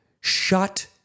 shut